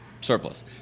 surplus